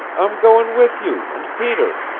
i'm goin' with you and peter!